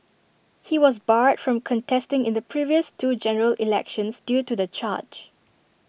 he was barred from contesting in the previous two general elections due to the charge